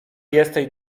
jesteś